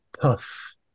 puff